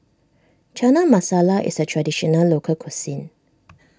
Chana Masala is a Traditional Local Cuisine